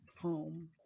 home